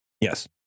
Yes